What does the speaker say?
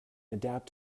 adapt